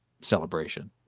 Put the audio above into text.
celebration